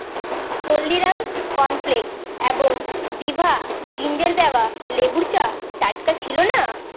Haldiram's cornflakes এবং দিভা ginger দেওয়া লেবুর চা টাটকা ছিল না